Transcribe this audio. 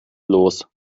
los